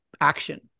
action